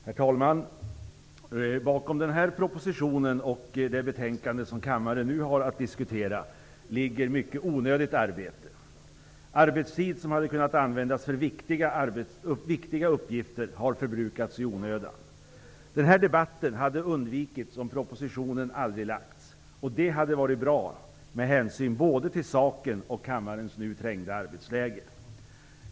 Herr talman! Bakom den proposition och det betänkande som kammaren nu har att diskutera ligger mycket onödigt arbete. Arbetstid som hade kunnat användas för viktiga uppgifter har förbrukats i onödan. Denna debatt hade kunnat undvikas om propositionen aldrig lagts på riksdagens bord. Det skulle ha varit bra med hänsyn till både saken och kammarens nu trängda arbetsläge.